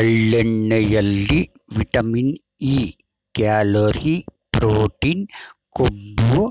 ಎಳ್ಳೆಣ್ಣೆಯಲ್ಲಿ vitamin E, calorie, protein, ಕೊಬ್ಬು,